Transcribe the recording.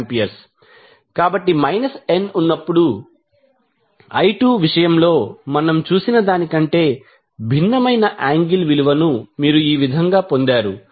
69A కాబట్టి minus n ఉన్నప్పుడు I2 విషయంలో మనము చూసిన దానికంటే భిన్నమైన యాంగిల్ విలువను మీరు ఈ విధంగా పొందారు